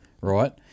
right